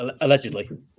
allegedly